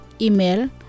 Email